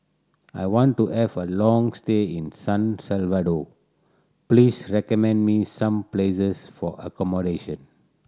I want to have a long stay in San Salvador please recommend me some places for accommodation